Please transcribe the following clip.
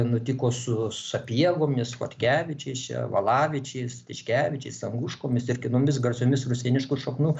nutiko su sapiegomis chodkevičiais čia valavičiais tiškevičiais sanguškomis ir kitomis garsiomis rusėniškų šaknų